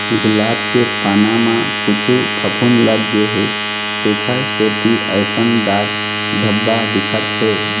गुलाब के पाना म कुछु फफुंद लग गे हे तेखर सेती अइसन दाग धब्बा दिखत हे